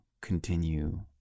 continue